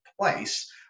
place